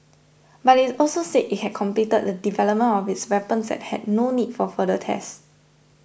but it also said it had completed the development of its weapons and had no need for further tests